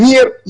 מהיר,